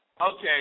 Okay